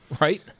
Right